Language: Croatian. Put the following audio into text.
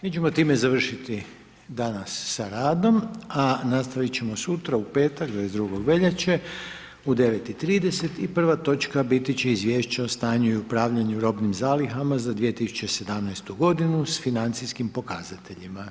Mi ćemo time završiti danas sa radom, a nastavit ćemo sutra, u petak 22. veljače u 9,30 i prva točka biti će Izvješće o stanju i upravljanju robnim zalihama za 2017.g. s financijskim pokazateljima.